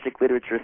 literature